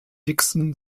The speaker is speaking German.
dixon